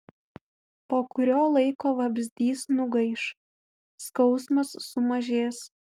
po kurio laiko vabzdys nugaiš skausmas sumažės